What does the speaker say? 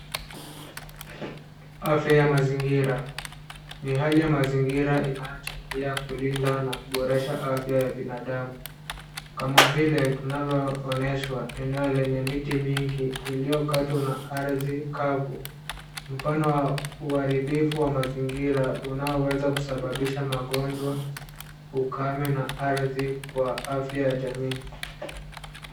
Afya ya mazingira ni hali ya mazingira inayochangia kulinda na kuboresha afya ya binadamu kama vile tunavyoonyeshwa eneo lenye miti mingi iliyokatwa na ardhi kavu. Mfano wa uharibifu wa mazingira unaoweza kusababisha magonjwa, ukame na ardhi kwa afya ya jamii.